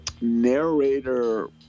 narrator